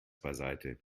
beiseite